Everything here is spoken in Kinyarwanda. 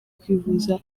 kwivuza